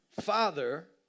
Father